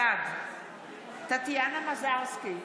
בעד טטיאנה מזרסקי,